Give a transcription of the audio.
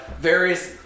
various